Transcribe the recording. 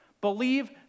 Believe